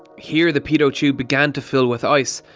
here the pitot tube began to fill with ice,